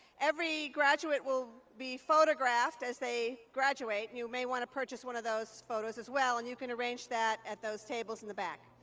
every graduate will be photographed as they graduate, and you may want to purchase one of those photos as well. and you can arrange that at those tables in the back.